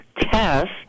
Test